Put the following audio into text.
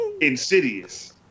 Insidious